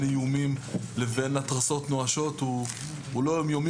איומים לבין התרסות נואשות הוא לא יום יומי,